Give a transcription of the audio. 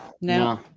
No